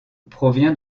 provient